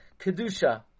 kedusha